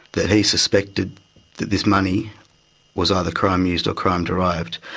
that he suspected that this money was either crime used or crime derived.